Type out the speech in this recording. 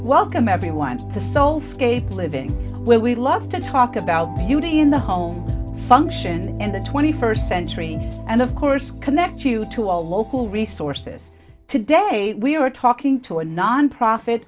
welcome everyone to the self living where we love to talk about beauty in the home function and the twenty first century and of course connect you to all local resources today we are talking to a nonprofit